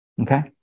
okay